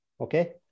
Okay